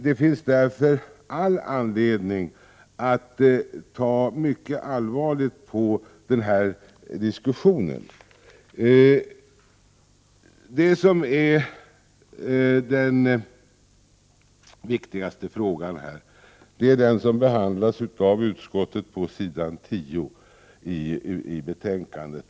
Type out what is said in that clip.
Det finns därför all anledning att ta mycket allvarligt på denna diskussion. Den viktigaste frågan är den som behandlas på s. 10 i betänkandet.